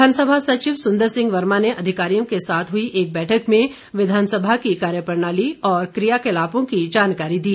विघानसभा सचिव सुन्दर सिंह वर्मा ने अधिकारियों के साथ हुई एक बैठक में विधानसभा की कार्यप्रणाली और कियाकलापों की जानकारी दी